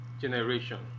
generation